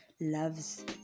loves